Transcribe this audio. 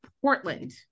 Portland